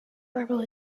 warbler